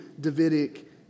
Davidic